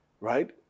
right